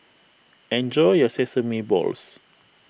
enjoy your Sesame Balls